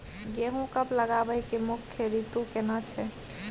गेहूं कब लगाबै के मुख्य रीतु केना छै?